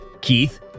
Keith